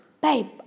Babe